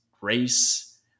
race